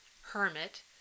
hermit